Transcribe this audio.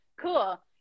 cool